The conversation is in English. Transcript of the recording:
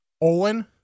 Olin